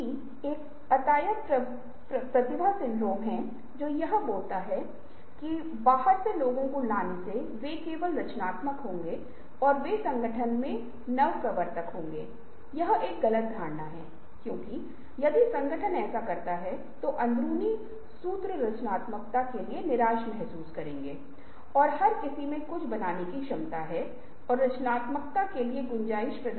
इसलिए पैकेजिंग के तहत आप एक शांत रंगों के बारे में सोच सकते हैं आप हमें कुछ ऐसा कहने के बारे में सोच सकते हैं जो कांगो जैसा दिखता है आप कांगो शब्द के साथ खेलने के बारे में सोच सकते हैं जो कि बोंगो या अन्य संगीत वाद्ययंत्र हो सकते हैं और आप पैकेजिंग के बरेमे बहुत अलग सोंच सकते है बहुत अलग है एक जहाज हो सकता है जिसमे कोई व्यक्ति उस स्थान पर जा रहा है या एक हवाई जहाज एक उड़ान हो सकती है जो उस दिशा में जा रही है